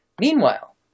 Meanwhile